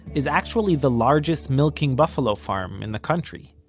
is actually the largest milking buffalo farm in the country.